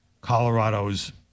Colorado's